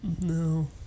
No